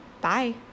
bye